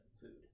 food